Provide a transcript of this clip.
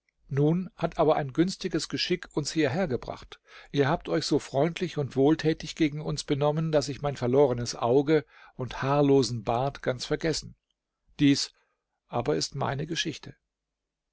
nun hat aber ein günstiges geschick uns hierher gebracht ihr habt euch so freundlich und wohltätig gegen uns benommen daß ich mein verlorenes auge und haarlosen bart ganz vergessen dies aber ist meine geschichte